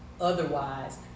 Otherwise